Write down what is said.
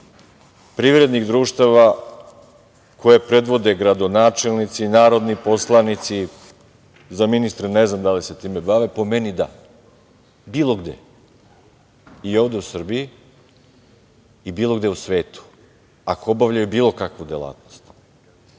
privrednih društava koje predvode gradonačelnici, narodni poslanici, za ministre ne znam, da li se time bave? Po meni da, bilo gde, i ovde u Srbiji i bilo gde u svetu, ako obavljaju bilo kakvu delatnost.